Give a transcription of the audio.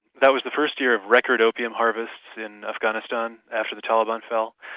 that was the first year of record opium harvests in afghanistan, after the taliban fell,